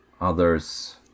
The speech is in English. others